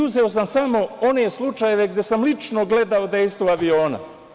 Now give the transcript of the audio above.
Uzeo sam samo one slučajeve gde sam lično gledao dejstvo aviona.